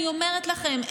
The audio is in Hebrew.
אני אומרת לכם,